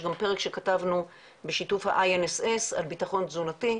יש גם פרק שכתבנו בשיתוף ה-INSS על בטחון תזונתי,